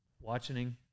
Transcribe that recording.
Watching